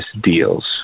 deals